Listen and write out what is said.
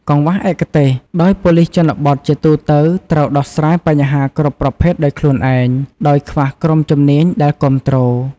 កង្វះឯកទេស ដោយប៉ូលិសជនបទជាទូទៅត្រូវដោះស្រាយបញ្ហាគ្រប់ប្រភេទដោយខ្លួនឯង ដោយខ្វះក្រុមជំនាញដែលគាំទ្រ។